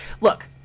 look